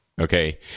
Okay